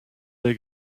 dai